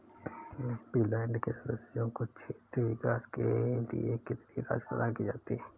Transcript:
MP land के सदस्यों को क्षेत्रीय विकास के लिए कितनी राशि प्रदान की जाती है?